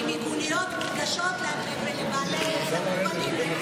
אני רוצה לדעת מה קורה עם מיגוניות מונגשות לבעלי צרכים מיוחדים.